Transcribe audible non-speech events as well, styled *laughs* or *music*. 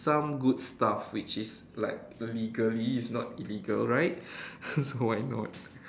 some good stuff which is like legally it's not illegal right *laughs* why not